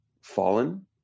fallen